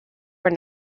were